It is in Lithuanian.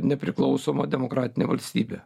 nepriklausoma demokratine valstybe